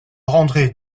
rendrait